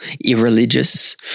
irreligious